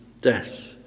death